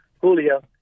Julia